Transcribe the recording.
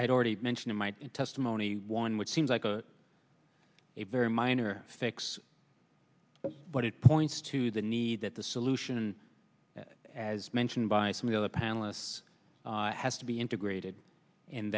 had already mentioned in my testimony one which seems like a very minor fix but it points to the need that the solution as mentioned by some the other panelists has to be integrated and